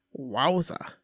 Wowza